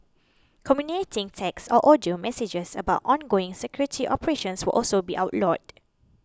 communicating text or audio messages about ongoing security operations will also be outlawed